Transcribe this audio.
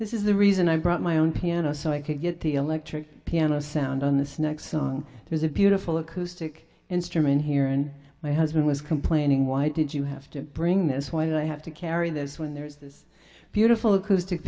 this is the reason i brought my own piano so i could get the electric piano sound on this next song it was a beautiful acoustic instrument here and my husband was complaining why did you have to bring this why did i have to carry this when there's this beautiful acoustic